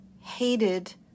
hated